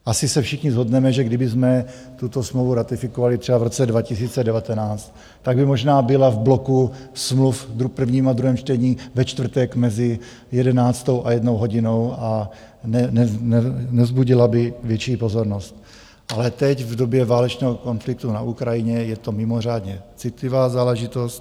Asi se všichni shodneme, že kdybychom tuto smlouvu ratifikovali třeba v roce 2019, tak by možná byla v bloku smluv v prvním a druhém čtení ve čtvrtek mezi jedenáctou a jednou hodinou a nevzbudila by větší pozornost, ale teď v době válečného konfliktu na Ukrajině je to mimořádně citlivá záležitost.